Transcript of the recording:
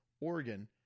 Oregon